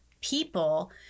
people